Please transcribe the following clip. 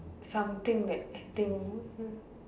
something that I think